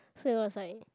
so it was like